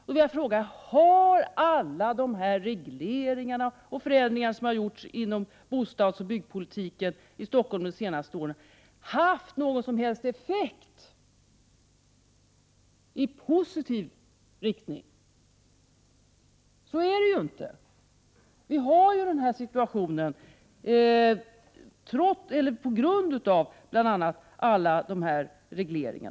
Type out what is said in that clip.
Jag vill fråga honom: Har alla de regleringar och förändringar som har genomförts inom bostadsoch byggpolitiken i Stockholm de senaste åren haft någon som helst positiv effekt? Så är det ju inte. Anledningen till att vi har den situation som råder är bl.a. att vi har alla dessa regleringar.